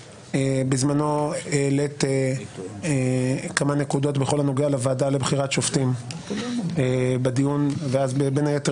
בזמנו העלית כמה נקודות בכל הנוגע לוועדה בחירת שופטים ובין היתר